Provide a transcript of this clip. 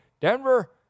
Denver